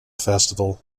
festival